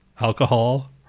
alcohol